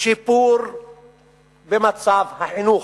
שיפור מצב החינוך,